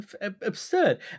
absurd